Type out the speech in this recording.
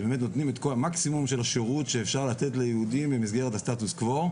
שנותנים את כל המקסימום של השירות שאפשר לתת ליהודים במסגרת הסטטוס-קוו,